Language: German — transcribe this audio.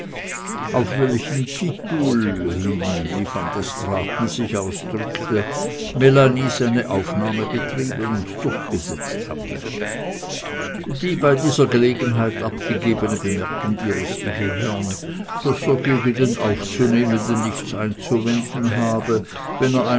auf welchen titul hin wie van der straaten sich ausdrückte melanie seine aufnahme betrieben und durchgesetzt hatte die bei dieser gelegenheit abgegebene bemerkung ihres eheherrn daß er gegen den aufzunehmenden nichts einzuwenden habe